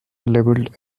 labeled